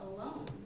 alone